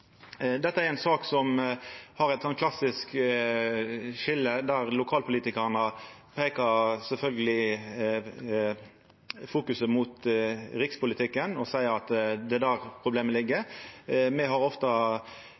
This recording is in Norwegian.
Dette er ei sak som har eit sånt klassisk skilje der lokalpolitikarane sjølvsagt peiker mot rikspolitikken og seier at det er der problemet ligg. Me har ofte